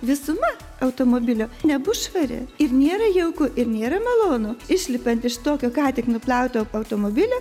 visuma automobilio nebus švari ir nėra jauku ir nėra malonu išlipant iš tokio ką tik nuplauto automobilio